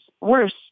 worse